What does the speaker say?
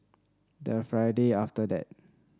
the Friday after that